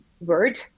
word